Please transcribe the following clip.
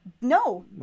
no